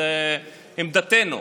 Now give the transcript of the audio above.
זו עמדתנו.